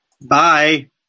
Bye